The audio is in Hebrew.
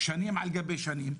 שנים על גבי שנים.